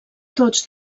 tots